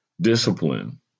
discipline